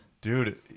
dude